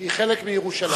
שהיא חלק מירושלים.